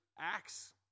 Acts